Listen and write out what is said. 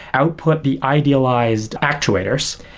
output the idealized actuators,